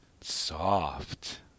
Soft